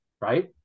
Right